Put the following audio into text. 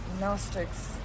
Gnostics